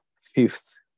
fifth